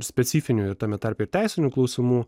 specifinių ir tame tarpe ir teisinių klausimų